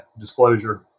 disclosure